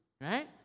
right